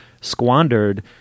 squandered